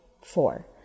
Four